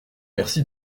merci